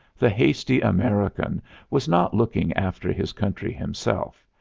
the hasty american was not looking after his country himself,